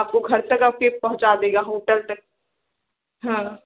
आपको घर तक आपके पहुँचा देगा होटल तक ह्म्म